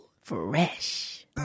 Fresh